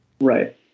right